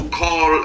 call